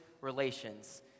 relations